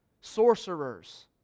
sorcerers